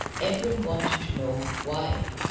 edwin wanted to know why,